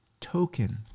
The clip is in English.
token